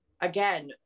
again